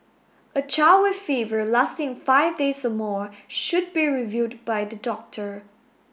a child with fever lasting five days or more should be reviewed by the doctor